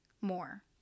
more